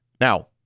Now